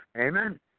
Amen